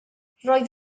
roedd